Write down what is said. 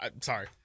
Sorry